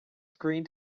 screen